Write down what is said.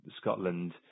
Scotland